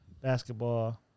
basketball